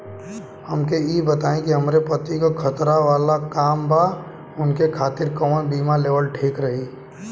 हमके ई बताईं कि हमरे पति क खतरा वाला काम बा ऊनके खातिर कवन बीमा लेवल ठीक रही?